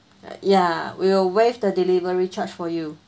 ya we will waive the delivery charge for you